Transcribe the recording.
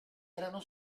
erano